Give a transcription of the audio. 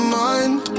mind